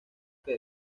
que